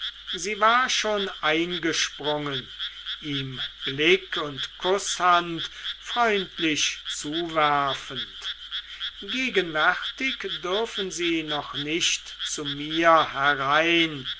sie war schon eingesprungen ihm blick und kußhand freundlich zuwerfend gegenwärtig dürfen sie noch nicht zu mir herein